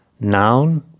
Noun